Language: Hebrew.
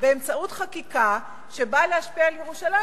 באמצעות חקיקה שבאה להשפיע על ירושלים,